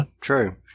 true